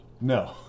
No